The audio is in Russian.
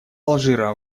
алжира